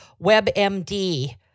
WebMD